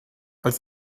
als